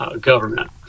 government